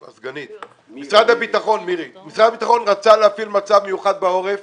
משרד הביטחון רצה להפעיל מצב מיוחד בעורף